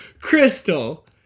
Crystal